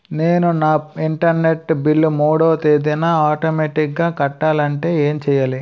నేను నా internet bill మూడవ తేదీన ఆటోమేటిగ్గా కట్టాలంటే ఏం చేయాలి?